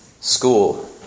school